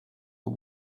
but